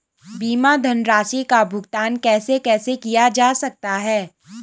बीमा धनराशि का भुगतान कैसे कैसे किया जा सकता है?